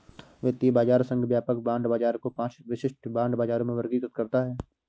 वित्तीय बाजार संघ व्यापक बांड बाजार को पांच विशिष्ट बांड बाजारों में वर्गीकृत करता है